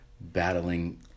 battling